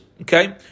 Okay